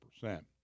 percent